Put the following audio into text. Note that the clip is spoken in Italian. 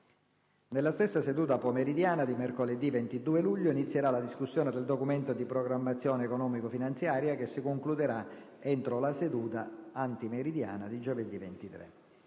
Nella stessa seduta pomeridiana di mercoledì 22 luglio inizierà la discussione del Documento di programmazione economico-finanziaria che si concluderà entro la seduta antimeridiana di giovedì 23.